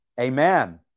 amen